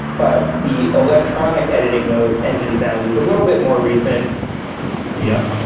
but the electronic editing of engine sounds is a little bit more recent yep.